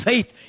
Faith